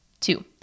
Two